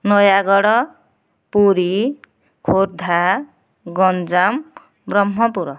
Nayagarh Puri Khordha Ganjam Brahmapur